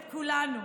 את כולנו.